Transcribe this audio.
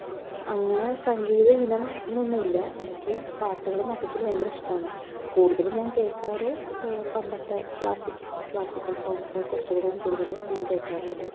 അങ്ങനെ സംഗീത ഇനം എന്നൊന്നുമില്ല എനിക്ക് പാട്ട്കള് മൊത്തത്തില് ഭയങ്കരിഷ്ദമാണ് കൂടുതൽ ഞാൻ കേൾക്കാറ് പണ്ടത്തെ ക്ലാസ്സിക് ക്ളാസ്സിയ്ക്കൽ സോങ്സ്സ് കുറച്ചും കൂടെ കൂടുതൽ ഞാൻ കേൾക്കാറുണ്ട്